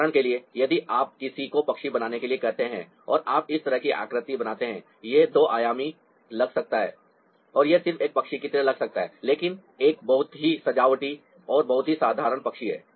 उदाहरण के लिए यदि आप किसी को पक्षी बनाने के लिए कहते हैं और आप इस तरह की आकृति बनाते हैं यह दो आयामी लग सकता है और यह सिर्फ एक पक्षी की तरह लग सकता है लेकिन एक बहुत ही सजावटी और बहुत ही साधारण पक्षी है